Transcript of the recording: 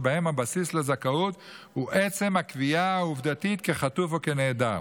שבהם הבסיס לזכאות הוא עצם הקביעה העובדתית כחטוף או כנעדר.